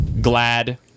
glad